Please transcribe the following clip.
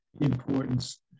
importance